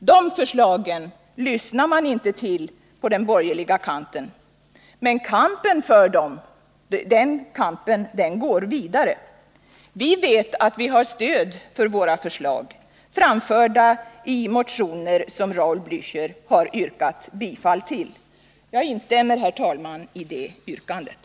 De förslagen lyssnar man inte till på den borgerliga kanten. Men kampen för dem går vidare. Vi vet att vi har stöd för våra förslag, framförda i motioner som Raul Blächer har yrkat bifall till. Jag instämmer, herr talman, med Raul Blächer i hans yrkanden.